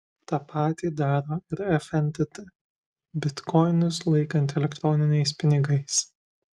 tą patį daro ir fntt bitkoinus laikanti elektroniniais pinigais